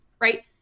right